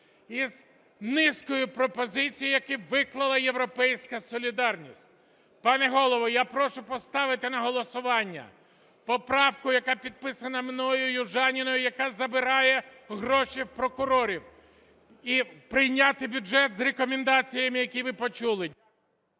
і з низкою пропозицій, які виклала "Європейська солідарність". Пане Голово, я прошу поставити на голосування поправку, яка підписана мною, Южаніною, яка забирає гроші в прокурорів, і прийняти бюджет з рекомендаціями, які ви почули.